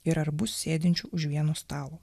ir ar bus sėdinčių už vieno stalo